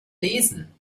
lesen